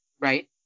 right